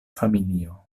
familio